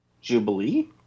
Jubilee